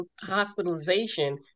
hospitalization